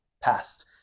past